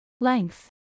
Length